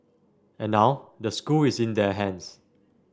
and now the school is in their hands